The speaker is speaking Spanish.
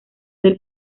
del